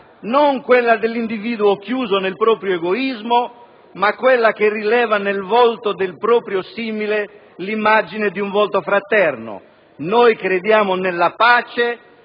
non quella dell'individuo chiuso nel proprio egoismo, ma quella che rileva nel volto di un proprio simile l'immagine di un volto fraterno. Noi crediamo nella pace,